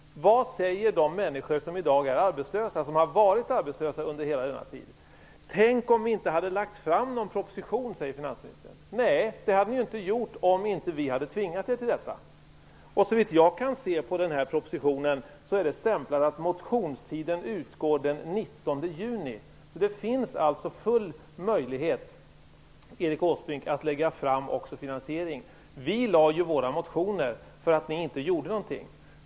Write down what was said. Vad säger de människor som i dag är arbetslösa, som har varit arbetslösa under hela denna tid? "Tänk om vi inte hade lagt fram den här propositionen i dag", säger finansministern. Nej, det hade ni ju inte gjort om vi inte hade tvingat er till detta. Såvitt jag kan se är det stämplat på propositionen att motionstiden utgår den 19 juni. Det finns alltså full möjlighet, Erik Åsbrink, att också lägga fram förslag om finansiering. Vi väckte ju våra motioner därför att ni inte gjorde någonting.